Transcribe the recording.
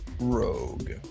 rogue